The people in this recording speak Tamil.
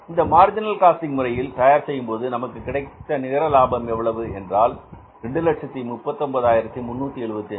இந்த மார்ஜினல் காஸ்டிங் முறையில் தயார் செய்யும்போது நமக்கு கிடைத்த நிகர லாபம் எவ்வளவு 239375